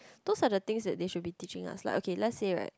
those are the things that they should be teaching us like okay let's say like